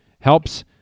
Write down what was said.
helps